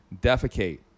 defecate